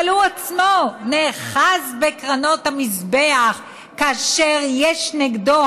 אבל הוא עצמו נאחז בקרנות המזבח כאשר יש נגדו